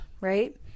right